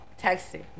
texting